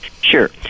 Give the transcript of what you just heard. Sure